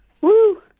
Woo